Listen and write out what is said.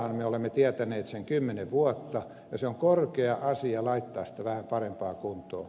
me olemme tienneet sen kymmenen vuotta ja on korkea aika laittaa sitä vähän parempaan kuntoon